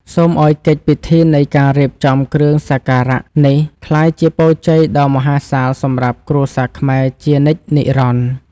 សូមឱ្យកិច្ចពិធីនៃការរៀបចំគ្រឿងសក្ការៈនេះក្លាយជាពរជ័យដ៏មហាសាលសម្រាប់គ្រួសារខ្មែរជានិច្ចនិរន្តរ៍។